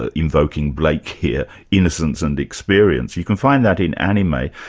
ah invoking blake here, innocence and experience. you can find that in anime,